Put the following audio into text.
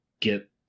get